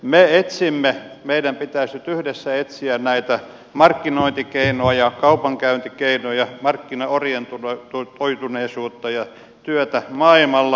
me etsimme meidän pitäisi nyt yhdessä etsiä näitä markkinointikeinoja ja kaupankäyntikeinoja markkinaorientoituneisuutta ja työtä maailmalla